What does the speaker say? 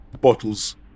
bottles